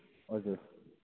हजुर